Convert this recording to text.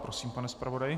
Prosím, pane zpravodaji.